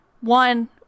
one